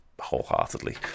wholeheartedly